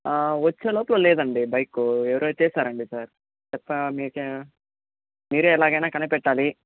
వచ్చేలోపల లేదండి బైక్ ఎవరో ఎత్తేసారండి సార్ చెప్తా మీకే మీరే ఎలాగైనా కనిపెట్టాలి